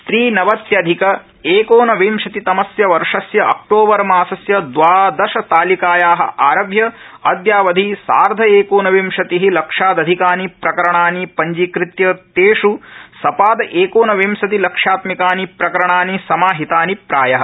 त्रिनवत्यधिक एकोनविंशतितमस्य वर्षस्य अक्टोबर मासस्य द्वादशतालिकायाः आरभ्य अद्यावधि सार्ध एकोनविंशतिः लक्ष्यादधिकानि प्रकरणाणि पंजीकृत्य तेष् सपाद एकोनविंशति लक्ष्यात्मिकानि प्रकरणानि समाहितानि प्रायः